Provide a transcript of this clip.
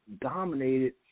dominated